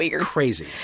crazy